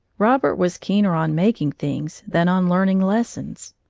robert was keener on making things than on learning lessons.